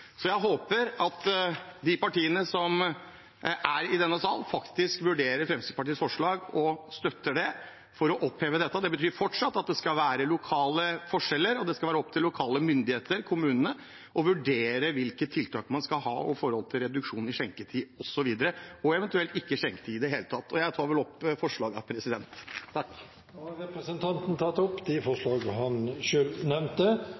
Så jeg håper at de partiene som er i denne salen, faktisk vurderer Fremskrittspartiets forlag og støtter det, for å oppheve dette. Det betyr fortsatt at det skal være lokale forskjeller, og det skal være opp til lokale myndigheter, kommunene, å vurdere hvilke tiltak man skal ha i forhold til reduksjon i skjenketid osv., og eventuelt ikke skjenketid i det hele tatt. Og jeg tar vel opp forslagene. Da har representanten Bård Hoksrud tatt opp de